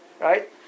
Right